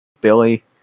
Billy